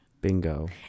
Bingo